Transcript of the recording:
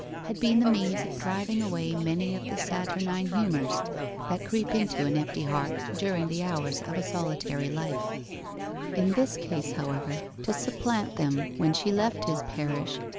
had been the means of driving away many of the saturnine humours that creep into an empty heart during the hours of a solitary life in this case, however, to supplant them, when she left his parish,